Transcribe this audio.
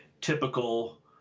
typical